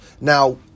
Now